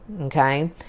okay